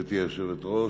גברתי היושבת-ראש,